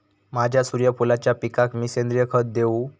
माझ्या सूर्यफुलाच्या पिकाक मी सेंद्रिय खत देवू?